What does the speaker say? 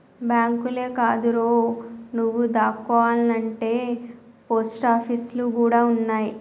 బాంకులే కాదురో, నువ్వు దాసుకోవాల్నంటే పోస్టాపీసులు గూడ ఉన్నయ్